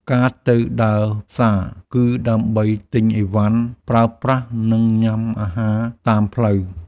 ការទៅដើរផ្សារ គឺដើម្បីទិញឥវ៉ាន់ប្រើប្រាស់ និងញ៉ាំអាហារតាមផ្លូវ។